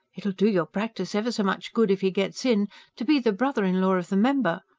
it will do your practice ever so much good if he gets in to be the brother-in-law of the member!